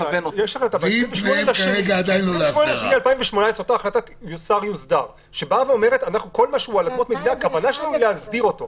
ב-2018 הייתה החלטה שאומרת שהכוונה שלנו להסדיר את זה.